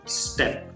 step